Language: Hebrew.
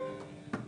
נכון.